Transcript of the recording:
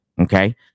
okay